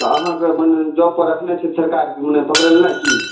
तऽ अहाँ कऽ मने जॉब पर रखने छै सरकारके मने पकड़ै लऽ नहि कि